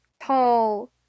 tall